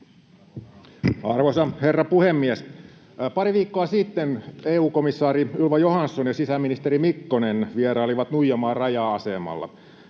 Arvoisa herra puhemies! Pari viikkoa sitten EU-komissaari Ylva Johansson ja sisäministeri Mikkonen vierailivat Nuijamaan raja-asemalla.